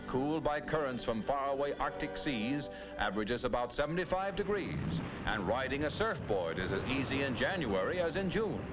school by currents from faraway arctic seas averages about seventy five degrees and riding a surfboard isn't easy in january as in june